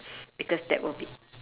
because that will be